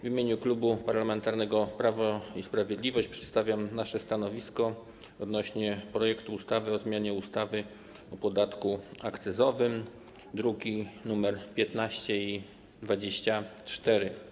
W imieniu Klubu Parlamentarnego Prawo i Sprawiedliwość przedstawiam nasze stanowisko wobec projektu ustawy o zmianie ustawy o podatku akcyzowym, druki nr 15 i 24.